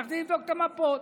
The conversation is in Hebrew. הלכתי לבדוק את המפות.